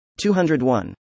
201